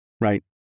Right